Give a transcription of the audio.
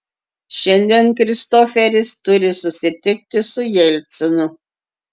šiandien kristoferis turi susitikti su jelcinu